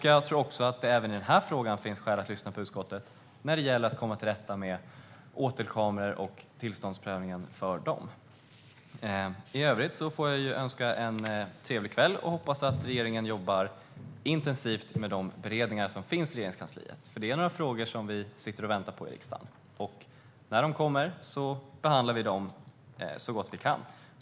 Jag tror att det även i denna fråga finns skäl att lyssna på utskottet när det gäller att komma till rätta med åtelkameror och tillståndsprövningen för dem. I övrigt får jag önska en trevlig kväll. Jag hoppas att regeringen jobbar intensivt med de beredningar som finns i Regeringskansliet. Det är nämligen några frågor som vi sitter och väntar på i riksdagen, och när de kommer behandlar vi dem så gott vi kan.